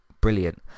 brilliant